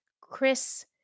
Chris